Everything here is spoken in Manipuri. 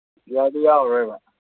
ꯒ꯭ꯌꯥꯔꯗꯤ ꯌꯥꯎꯔꯔꯣꯏꯕ